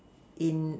in